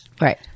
Right